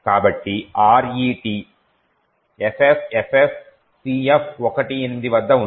కాబట్టి RET FFFFCF18 వద్ద ఉంది